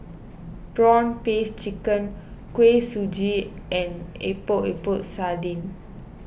Prawn Paste Chicken Kuih Suji and Epok Epok Sardin